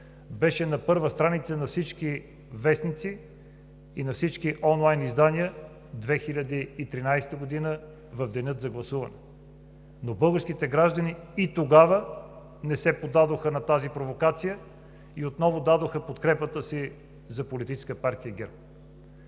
беше на първа страница на всички вестници и на всички онлайн издания в 2013 г. в деня за гласуване. Но българските граждани и тогава не се поддадоха на тази провокация и отново дадоха подкрепата си за Политическа партия ГЕРБ.